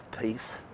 peace